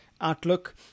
outlook